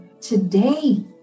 today